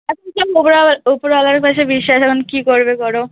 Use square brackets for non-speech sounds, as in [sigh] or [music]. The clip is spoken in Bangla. [unintelligible] উপরওয়ালার পাশে বিশ্বাস এখন কী করবে করো